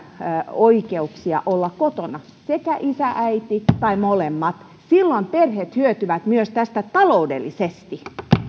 oikeuksia olla kotona sekä isä että äiti tai molemmat silloin perheet hyötyvät tästä myös taloudellisesti